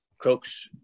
Crooks